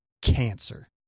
cancer